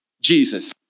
Jesus